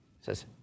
says